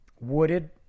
Wooded